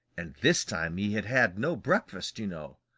and this time he had had no breakfast, you know.